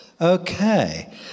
Okay